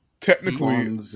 Technically